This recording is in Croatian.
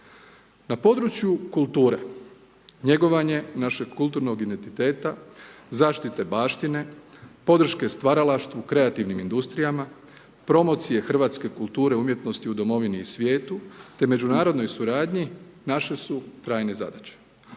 Na području kulture njegovanje našeg kulturnog identiteta, zaštite baštine, podrške stvaralaštvu u kreativnim industrijama, promocije hrvatske kulture umjetnosti u domovini i svijetu te međunarodnoj suradnji naše su trajne zadaće.